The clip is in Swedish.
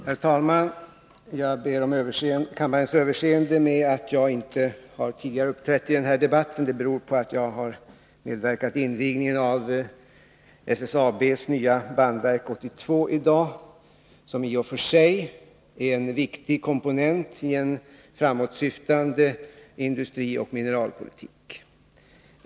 Herr talman! Jag ber om kammarens överseende för att jag inte tidigare har uppträtt i denna debatt. Det beror på att jag i dag har medverkat vid invigningen av SSAB:s nya bandverk 82, som i och för sig är en viktig komponent i en framåtsyftande industrioch mineralpolitik.